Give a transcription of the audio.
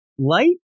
Light